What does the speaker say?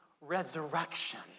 resurrection